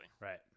Right